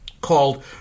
called